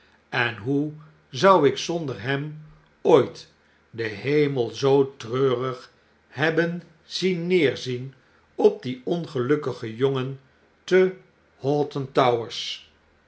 en hoe zou ik zonder hem ooit den hemel zoo treurig hebben zien neerzien op dien ongelukkigen jongen te hoghton towers